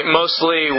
mostly